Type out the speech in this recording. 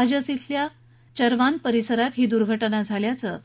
अजस श्वल्या चर्वाण परिसरात ही दुर्घटना झाल्याचं